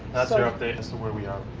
that's your update as to where we are.